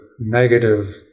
negative